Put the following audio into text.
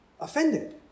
offended